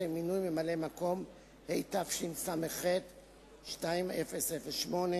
11), התשס"ז 2007,